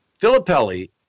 Filippelli